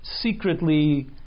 secretly